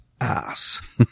ass